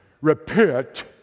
repent